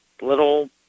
little